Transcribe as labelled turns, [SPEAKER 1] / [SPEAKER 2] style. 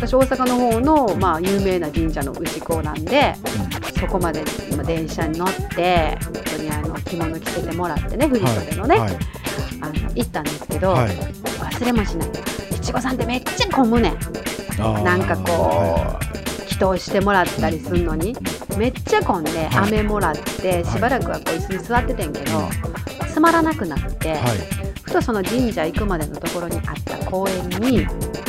[SPEAKER 1] 私、大阪の方の、まあ、有名な神社の氏子なんで、
[SPEAKER 2] うん。
[SPEAKER 1] そこまで、まあ、電車に乗って、本当にあの、着物着せてもらってね、
[SPEAKER 2] はい。
[SPEAKER 1] 振り袖のね、
[SPEAKER 2] はい。
[SPEAKER 1] あの、行ったんですけど、
[SPEAKER 2] はい。
[SPEAKER 1] 忘れもしない。いちごさんってめっちゃ混むねん。なんか
[SPEAKER 2] あー、はいはいはい。
[SPEAKER 1] こう、祈祷してもらったりすんのに、
[SPEAKER 2] うんうんうんうん。
[SPEAKER 1] めっちゃ混んで、
[SPEAKER 2] はい。
[SPEAKER 1] 雨もらって、しばらくはこう、椅子に座っててんけど、
[SPEAKER 2] うん。
[SPEAKER 1] つまらなくなって、
[SPEAKER 2] はい。
[SPEAKER 1] ふとその神社行くまでのところにあった公園に、